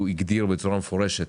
הוא הגדיר בצורה מפורשת